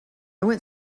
went